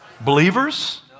believers